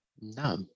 No